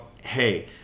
hey